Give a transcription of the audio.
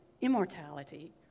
immortality